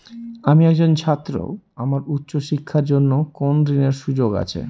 আমি একজন ছাত্র আমার উচ্চ শিক্ষার জন্য কোন ঋণের সুযোগ আছে?